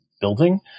building